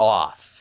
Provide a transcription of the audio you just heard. off